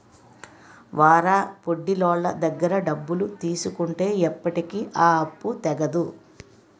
వారాపొడ్డీలోళ్ళ దగ్గర డబ్బులు తీసుకుంటే ఎప్పటికీ ఆ అప్పు తెగదు